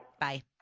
Bye